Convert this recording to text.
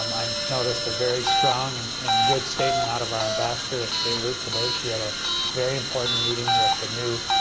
um i um noticed a very strong and and good statement out of our ambassador at beirut today, she had a very important meeting with the new